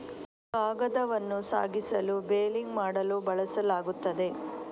ಕಾಗದವನ್ನು ಸಾಗಿಸಲು ಬೇಲಿಂಗ್ ಮಾಡಲು ಬಳಸಲಾಗುತ್ತದೆ